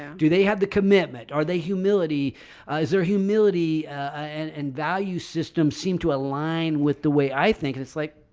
do they have the commitment or they humility is their humility and value system seem to align with the way i think it's like,